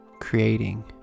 creating